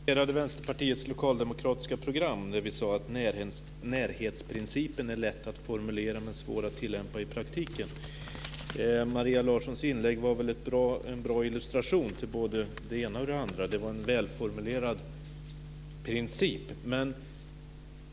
Fru talman! Jag citerade Vänsterpartiets lokaldemokratiska program. Där sade vi att närhetsprincipen är lätt att formulera men svår att tillämpa i praktiken. Maria Larssons inlägg var en bra illustration till både det ena och det andra. Det var en välformulerad princip.